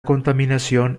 contaminación